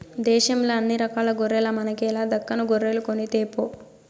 దేశంల అన్ని రకాల గొర్రెల మనకేల దక్కను గొర్రెలు కొనితేపో